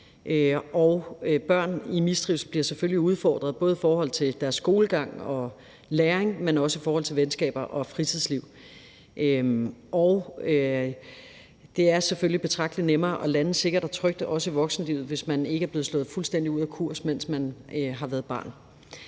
børn i mistrivsel bliver udfordret både i forhold til deres skolegang og læring, men også i forhold til venskaber og fritidsliv. Og det er selvfølgelig betragtelig nemmere at lande sikkert og trygt, også i voksenlivet, hvis man ikke er blevet slået fuldstændig ud af kurs, mens man har været barn.